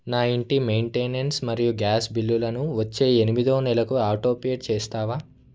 నా ఇంటి మెయింటెనెన్స్ మరియు గ్యాస్ బిల్లులను వచ్చే ఎనిమిదో నెలకు ఆటోపే చేస్తావా